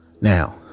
Now